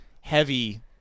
heavy